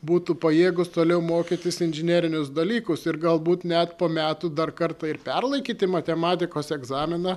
būtų pajėgus toliau mokytis inžinerinius dalykus ir galbūt net po metų dar kartą ir perlaikyti matematikos egzaminą